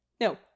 no